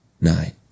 nine